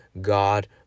God